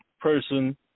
Person